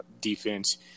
defense –